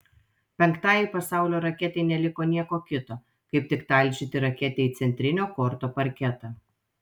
penktajai pasaulio raketei neliko nieko kito kaip tik talžyti raketę į centrinio korto parketą